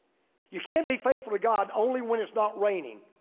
you can't be faithful to god only when it's not raining.